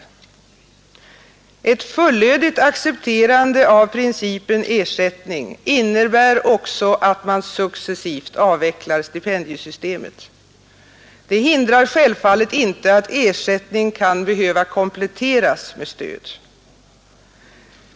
Ett fullödigt accepterande av principen ersättning innebär också ett successivt avvecklande av stipendiesystemet. Det hindrar självfallet inte att ersättning kan behöva kompletteras med stöd.